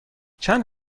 چند